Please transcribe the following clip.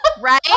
Right